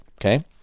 Okay